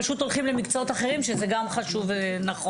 והן פשוט הולכות למקצועות אחרים שזה גם חשוב ונכון.